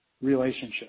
relationship